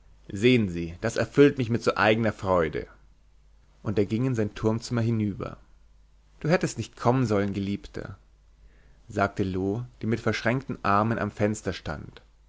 sehen sie das erfüllt mich mit so eigener freude und er ging in sein turmzimmer hinüber du hättest nicht kommen sollen geliebter sagte loo die mit verschränkten händen am fenster stand